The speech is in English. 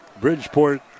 Bridgeport